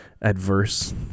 adverse